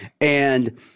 And-